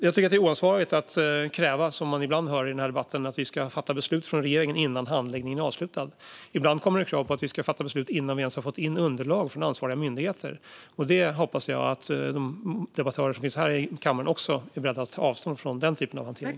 Jag tycker att det är oansvarigt att kräva, vilket man ibland hör i denna debatt, att vi ska fatta beslut från regeringen innan handläggningen är avslutad. Ibland kommer det krav på att vi ska fatta beslut innan vi ens har fått in underlag från ansvariga myndigheter. Jag hoppas att de debattörer som finns här i kammaren är beredda att avstå från den typen av hantering.